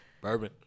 Bourbon